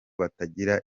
batagira